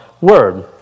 word